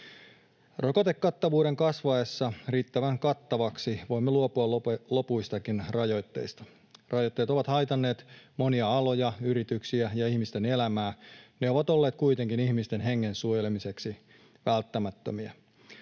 Rokotekattavuuden kasvaessa riittävän kattavaksi voimme luopua lopuistakin rajoitteista. Rajoitteet ovat haitanneet monia aloja, yrityksiä ja ihmisten elämää. Ne ovat olleet kuitenkin ihmisten hengen suojelemiseksi välttämättömiä.